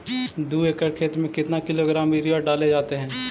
दू एकड़ खेत में कितने किलोग्राम यूरिया डाले जाते हैं?